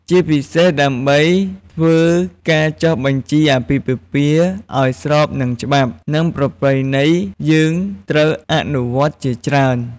ជាពិសេសដើម្បីធ្វើការចុះបញ្ជីអាពាហ៍ពិពាហ៍ឲ្យស្របនឹងច្បាប់ និងប្រពៃណីយើងត្រូវអនុវត្តន៍ជាច្រើន។